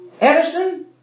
Edison